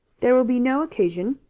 there will be no occasion.